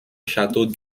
château